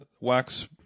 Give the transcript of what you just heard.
wax